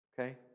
okay